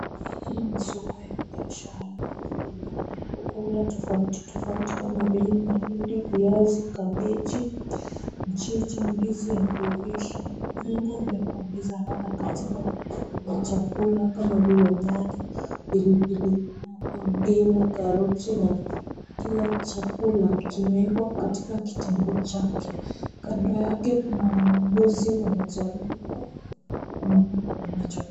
Hii ni soko ya biashara na vyakula tofauti tofauti kama vile mahindi, viazi, kabeji, mchicha ,ndizi ya kuivisha, viungo vya kuongeza ladha katika chakula kama vile nyanya, pilipili hoho, ndimu, karoti, na kila chakula kimewekwa katika kitengo chake. Kando yake kuna wanunuzi wanajaribu kununua wanachotaka.